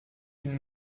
une